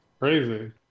Crazy